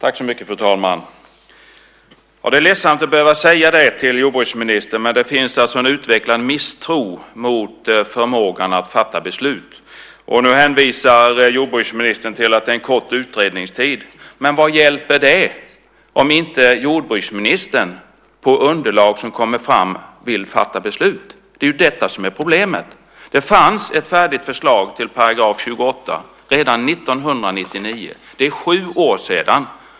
Fru talman! Det är ledsamt att behöva säga det till jordbruksministern, men det finns en utvecklad misstro mot förmågan att fatta beslut. Nu hänvisar jordbruksministern till att det är en kort utredningstid. Men vad hjälper det om inte jordbruksministern vill fatta beslut på underlag som kommer fram? Det är ju detta som är problemet. Det fanns ett färdigt förslag till § 28 redan 1999. Det är sju år sedan.